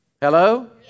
Hello